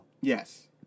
Yes